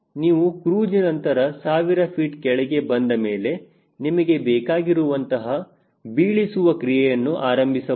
ನೀವು ಕ್ರೂಜ್ ನಂತರ ಸಾವಿರ ಫೀಟ್ ಕೆಳಗೆ ಬಂದಮೇಲೆ ನಮಗೆ ಬೇಕಾಗಿರುವಂತಹ ಬೀಳೆಸುವ ಕ್ರಿಯೆಯನ್ನು ಆರಂಭಿಸಬಹುದು